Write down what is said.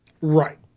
Right